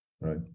right